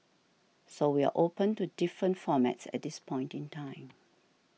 so we are open to different formats at this point in time